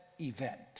event